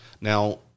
Now